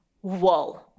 whoa